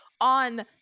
on